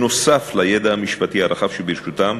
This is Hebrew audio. נוסף על הידע המשפטי הרחב שברשותם,